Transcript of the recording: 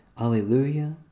Alleluia